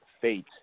fate